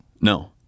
No